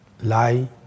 Lie